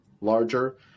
larger